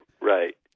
Right